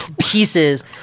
pieces